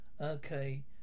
okay